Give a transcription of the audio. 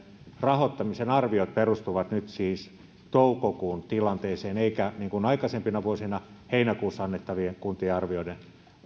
rahoittamisen arviot perustuvat nyt siis toukokuun tilanteeseen eivätkä niin kuin aikaisempina vuosina heinäkuussa annettaviin